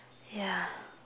yeah